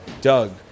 Doug